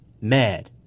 mad